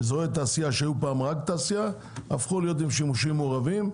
אזורי תעשייה שהיו פעם רק תעשייה הפכו להיות עם שימושים מעורבים,